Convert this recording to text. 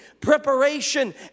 preparation